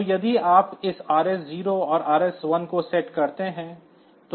तो यदि आप इस RS1 और RS0 को सेट करते हैं